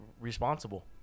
responsible